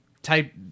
type